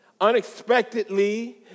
unexpectedly